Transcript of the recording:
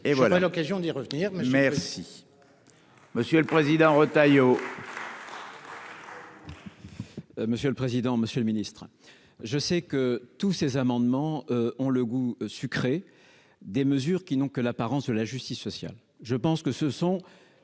et voilà l'occasion d'y revenir, merci. Monsieur le Président Retailleau. Monsieur le président, Monsieur le Ministre, je sais que tous ces amendements ont le goût sucré, des mesures qui n'ont que l'apparence de la justice sociale, je pense que ce sont